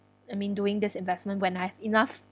I mean doing this investment when I have enough